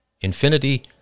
Infinity